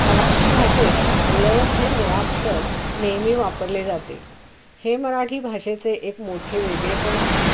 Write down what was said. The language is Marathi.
मराठी भाषेत ळ हे मुळाक्षर नेहमी वापरले जाते हे मराठी भाषेचे एक मोठे वेगळेपण आहे